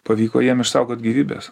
pavyko jiem išsaugot gyvybes